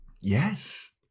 Yes